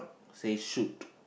say shoot